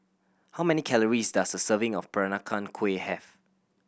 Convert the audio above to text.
how many calories does a serving of Peranakan Kueh have